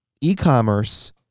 e-commerce